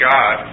God